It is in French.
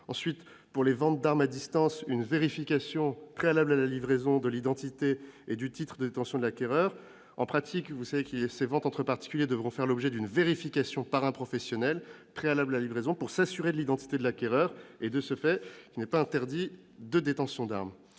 l'enregistrement des armes ; une vérification préalable à la livraison de l'identité et du titre de détention de l'acquéreur pour les ventes d'armes à distance. En pratique, vous savez que ces ventes entre particuliers devront faire l'objet d'une vérification par un professionnel préalable à la livraison pour s'assurer de l'identité de l'acquéreur et du fait qu'il n'est pas interdit de détention d'armes.